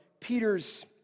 Peter's